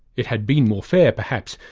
it had been more fair, perhaps,